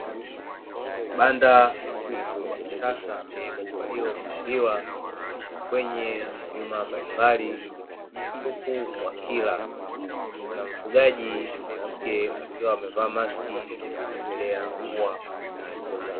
Banda la kuku wa kisasa waliofungiwa kwenye vyumba mbalimbali, huku wakila na mfugaji mwanamke akiwa amevaa maski anaendelea kuwahudumia.